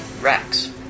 Rex